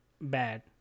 bad